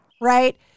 Right